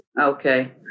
okay